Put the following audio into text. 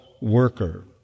worker